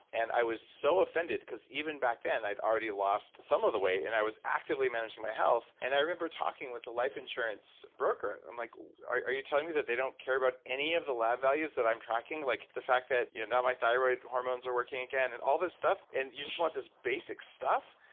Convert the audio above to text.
and i was so offended because even back then, i'd already lost some of the way and i was actively managing my health and i remember talking with the life insurance broker. like are you telling me that they don't care about any of the lab values that i'm tracking? like the fact that you know now my thyroid hormones are working again and all this stuff you just want this basic stuff,